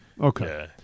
Okay